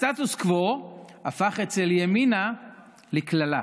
הסטטוס קוו הפך אצל ימינה לקללה,